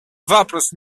вопрос